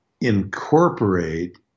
incorporate